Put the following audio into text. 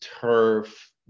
turf